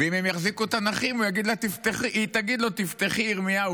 ואם הם יחזיקו תנ"ך היא תגיד לו: תפתח ירמיהו,